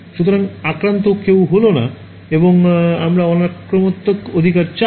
সুতরাং আক্রান্ত কেউ হল না এবং আমরা অনাক্রমনাত্মক অধিকার চাই